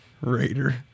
Raider